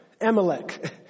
Amalek